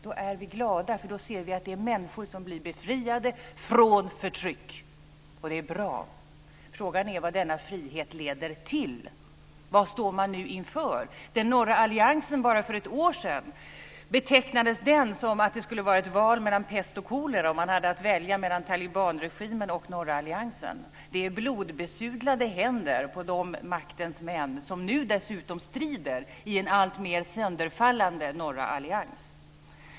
Vi är glada för att människor blir befriade från förtryck. Det är bra. Frågan är vad denna frihet leder till. Vad står man nu inför? För bara ett år sedan betecknades det som ett val mellan pest och kolera om man hade att välja mellan talibanregimen och norra alliansen. Det är blodbesudlade händer på de maktens män som nu dessutom strider i en alltmer sönderfallande norra allians.